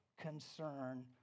concern